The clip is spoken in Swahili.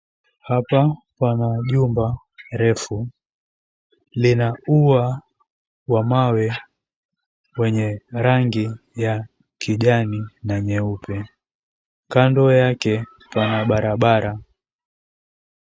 Hapa pana jumba refu. Lina ua wa mawe wenye rangi ya kijani na nyeupe. Kando yake pana barabara.